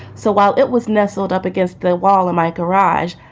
so while it was nestled up against the wall in my garage,